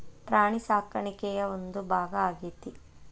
ಪ್ರಾಣಿ ಸಾಕಾಣಿಕೆಯ ಒಂದು ಭಾಗಾ ಆಗೆತಿ